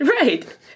Right